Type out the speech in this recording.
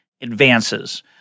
advances